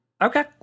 Okay